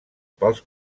pels